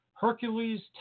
Hercules